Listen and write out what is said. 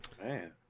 Man